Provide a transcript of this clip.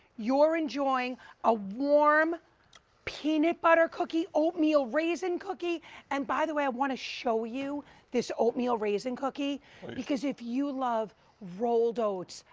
you are and a ah warm peanut butter cookie, oatmeal raisin cookie and by the, way i want to show you this oatmeal raisin cookie because if you love rolled oats,